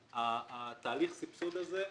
תהליך הסבסוד הזה,